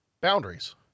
Boundaries